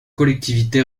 collectivité